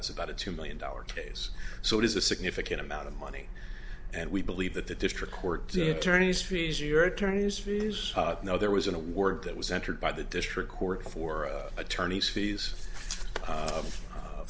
it's about a two million dollar case so it is a significant amount of money and we believe that the district court did tourney's fees your attorney's fees now there was an award that was entered by the district court for attorney's fees